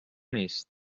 نیست